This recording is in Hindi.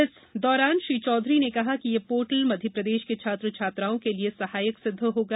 इस दौरान श्री चौधरी ने कहा कि यह पोर्टल मध्यप्रदेश के छात्र छात्राओं के लिए सहायक सिद्द होगा